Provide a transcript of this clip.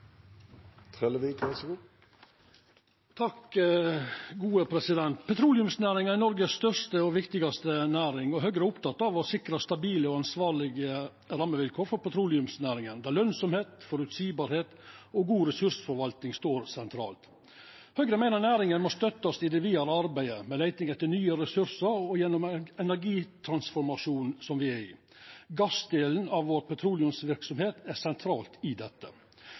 Petroleumsnæringa er Noregs største og viktigaste næring, og Høgre er oppteke av å sikra stabile og ansvarlege rammevilkår for petroleumsnæringa der lønsemd, føreseielegheit og god ressursforvalting står sentralt. Høgre meiner næringa må støttast i det vidare arbeidet med leiting etter nye ressursar og gjennom energitransformasjonen som me er i. Gassdelen av petroleumsverksemda vår er sentral i dette.